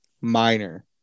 minor